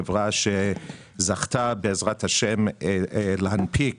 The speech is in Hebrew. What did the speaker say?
חברה שזכתה בעז"ה להנפיק